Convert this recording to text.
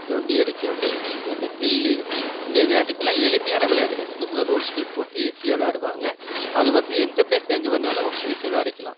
நொண்டி அடிக்கிறது கு அந்த கில்லி இந்த விளையாட்டுகள்லாம் எளிமையான விளையாட்டுகள் சின்ன சின்ன ரூல்ஸ்கள் போட்டு ஈஸியாக விளையாடுவாங்க அது வந்து எந்த பிளேஸில் எங்கே வேணாலும் ஈஸியாக விளையாடிக்கலாம்